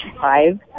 five